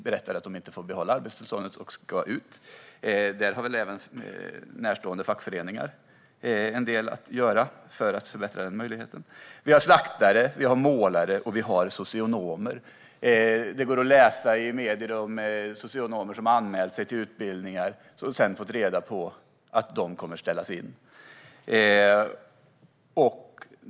Detta är visserligen delvis en annan diskussion. Men här har nog vissa fackföreningar en del att göra för att förbättra möjligheten för dessa personer. Även slaktare, målare och socionomer saknas. I medierna kan man läsa om socionomer som anmält sig till utbildningar och som sedan fått reda på att dessa kommer att ställas in.